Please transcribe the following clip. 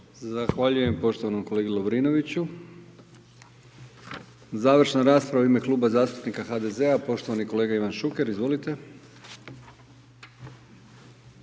Zahvaljujem poštovanom kolegi Lovrinoviću. Završna rasprava u ime Kluba zastupnika HDZ-a poštovani kolega Ivan Šuker. Izvolite.